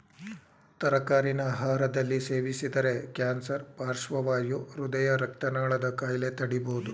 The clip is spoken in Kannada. ತರಕಾರಿನ ಆಹಾರದಲ್ಲಿ ಸೇವಿಸಿದರೆ ಕ್ಯಾನ್ಸರ್ ಪಾರ್ಶ್ವವಾಯು ಹೃದಯ ರಕ್ತನಾಳದ ಕಾಯಿಲೆ ತಡಿಬೋದು